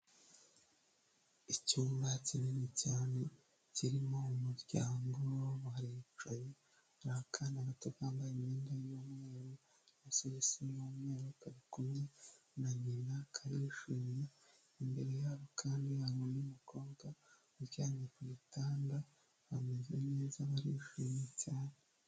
Icyumba kinini cyane, kirimo umuryango baricaye, hari akana gato kambaye imyenda y'umweru, n'amasogisi y'umweru, bari kumwe na nyina, karishimye, imbere yabo kandi ndabona n'umukobwa uryamye ku gitanda, bameze neza barishimye cyane.